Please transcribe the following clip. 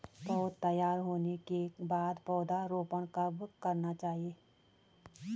पौध तैयार होने के बाद पौधा रोपण कब करना चाहिए?